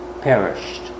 perished